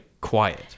quiet